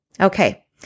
Okay